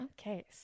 Okay